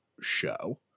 show